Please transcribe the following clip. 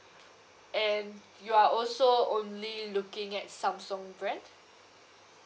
and you are also only looking at samsung brand